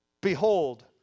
Behold